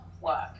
work